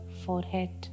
forehead